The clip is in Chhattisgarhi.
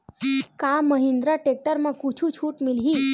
का महिंद्रा टेक्टर म कुछु छुट मिलही?